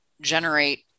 generate